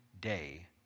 day